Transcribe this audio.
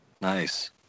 Nice